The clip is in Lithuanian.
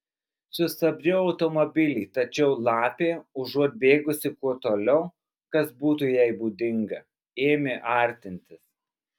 sustabdžiau automobilį tačiau lapė užuot bėgusi kuo toliau kas būtų jai būdinga ėmė artintis